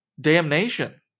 damnation